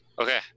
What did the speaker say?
Okay